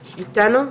את איתנו?